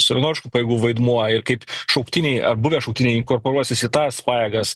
savanoriškų pajėgų vaidmuo ir kaip šauktiniai ar buvę šauktiniai inkorporuosis į tas pajėgas